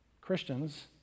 Christians